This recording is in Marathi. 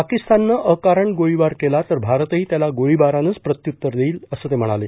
पाकिस्ताननं अकारण गोळीबार केला तर भारतही त्याला गोळीबारानंच प्रत्यूत्तर देईल असं ते म्हणाले